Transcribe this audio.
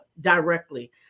directly